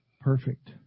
Perfect